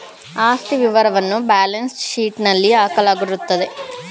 ಆಸ್ತಿ ವಿವರವನ್ನ ಬ್ಯಾಲೆನ್ಸ್ ಶೀಟ್ನಲ್ಲಿ ಹಾಕಲಾಗಿರುತ್ತದೆ